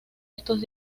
estos